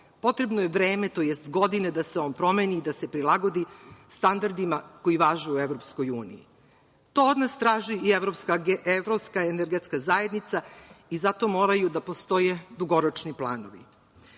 potrebno je vreme to jest godine da se on promeni i da se prilagodi standardima koji važe u EU. Taj odnos traži i Evropska energetska zajednica i zato moraju da postoje dugoročni planovi.